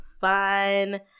fun